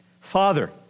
father